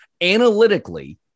analytically